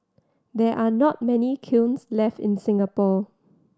there are not many kilns left in Singapore